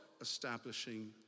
establishing